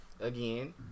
again